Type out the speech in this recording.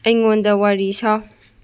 ꯑꯩꯉꯣꯟꯗ ꯋꯥꯔꯤ ꯁꯥꯎ